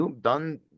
done